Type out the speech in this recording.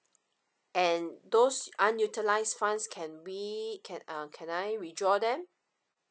and those unutilised funds can we can um can I withdraw them